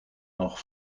nog